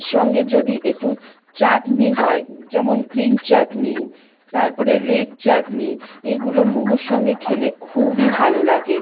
সঙ্গে যদি একটু চাটনি হয় যেমন গ্রিন চাটনি তারপরে রেড চাটনি এগুলো মোমোর সঙ্গে খেলে খুবই ভালো লাগে